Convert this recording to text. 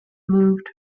moved